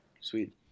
Sweet